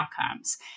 outcomes